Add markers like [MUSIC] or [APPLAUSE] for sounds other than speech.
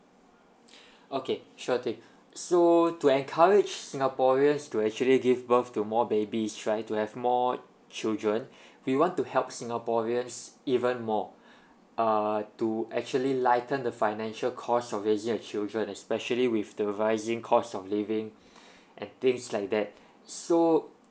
[BREATH] okay sure thing [BREATH] so to encourage singaporeans to actually give birth to more babies try to have more children [BREATH] we want to help singaporeans even more uh to actually lighten the financial cost of raising a children especially with the rising cost of living [BREATH] and things like that so